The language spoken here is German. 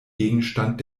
gegenstand